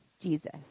Jesus